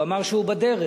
הוא אמר שהוא בדרך.